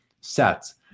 sets